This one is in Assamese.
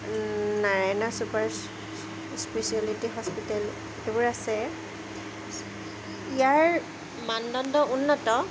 নাৰায়ণা ছুপাৰ স্পেচিয়েলিটি হস্পিটেল এইবোৰ আছে ইয়াৰ মানদণ্ড উন্নত